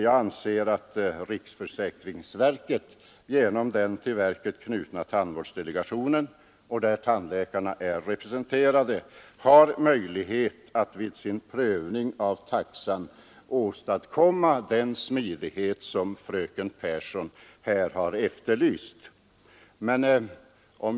Jag anser att riksförsäkringsverket genom den till verket knutna tandvårdsdelegationen — där tandläkarna är representerade — har möjlighet att vid sin prövning av taxan åstadkomma den smidighet som fröken Pehrsson här efterlyste.